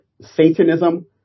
Satanism